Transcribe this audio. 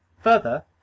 Further